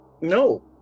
No